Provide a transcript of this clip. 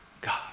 God